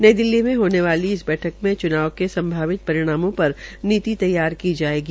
नई दिल्ली में होने वोली इस बैठक में चनाव के संभावित परिणामों पर नीति तैयार की जायेगी